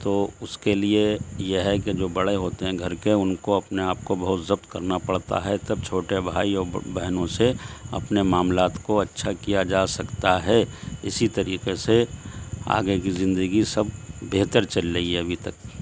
تو اس کے لیے یہ ہے کہ جو بڑے ہوتے ہیں گھر کے ان کو اپنے آپ کو بہت ضبط کرنا پڑتا ہے تب چھوٹے بھائی اور بہنوں سے اپنے معاملات کو اچھا کیا جا سکتا ہے اسی طریقے سے آگے کی زندگی سب بہتر چل رہی ہے ابھی تک